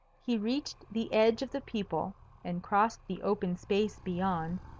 he reached the edge of the people and crossed the open space beyond,